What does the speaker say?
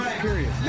period